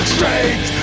Straight